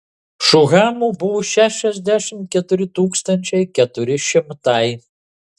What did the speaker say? šuhamų buvo šešiasdešimt keturi tūkstančiai keturi šimtai